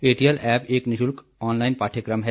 ATL app एक निशुल्क online पाठ्यक्रम है